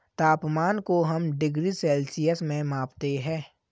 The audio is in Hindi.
तापमान को हम डिग्री सेल्सियस में मापते है